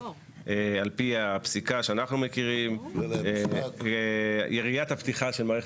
על פי הפסיקה שאנחנו מכירים יריית הפתיחה של מערכת